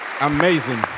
amazing